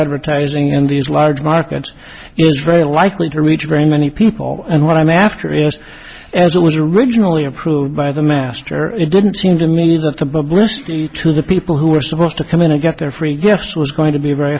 advertising and these large markets is very likely to reach very many people and what i'm after is as it was originally approved by the master it didn't seem to me that the bristly to the people who were supposed to come in and get their free gifts was going to be very